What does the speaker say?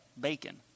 bacon